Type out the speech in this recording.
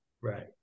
Right